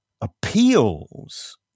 appeals